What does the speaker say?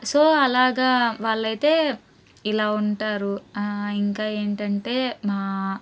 so అలాగా వాళ్లైతే ఇలా ఉంటారు ఇంకా ఏంటంటే మా